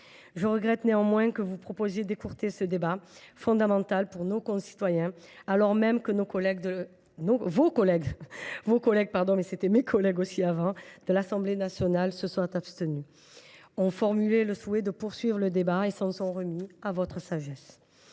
je regrette que vous proposiez d’écourter ce débat fondamental pour nos concitoyens, alors même que vos collègues de l’Assemblée nationale se sont abstenus, en formulant le souhait de poursuivre le débat et en s’en remettant à la sagesse